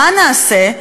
מה נעשה,